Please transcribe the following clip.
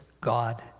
God